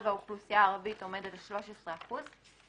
האוכלוסייה הערבית עומד על 13 אחוזים,